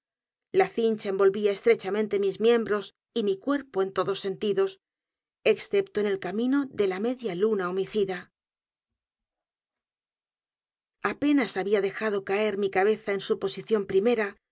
la cincha envolvía estrechamente mis miembros y mi cuerpo en todos sentidos excepto en el camino de la media luna homicida apenas había dejado caer mi cabeza en su posición